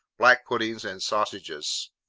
black puddings, and sausages.